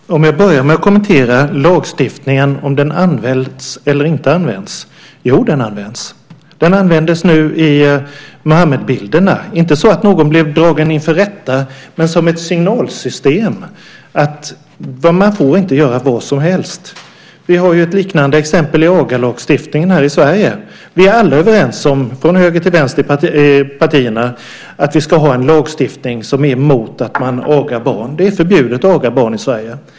Fru talman! Jag börjar med att kommentera frågan om lagstiftningen används eller inte används. Jo, den används. Den användes nu i samband med Muhammedbilderna. Den användes inte så att någon blev dragen inför rätta, men den användes som ett signalsystem om att man inte får göra vad som helst. Vi har ett liknande exempel i lagstiftningen om aga här i Sverige. Vi är alla från höger till vänster i partierna överens om att vi ska ha en lagstiftning som är emot att man agar barn. Det är förbjudet att aga barn i Sverige.